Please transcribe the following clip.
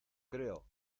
creo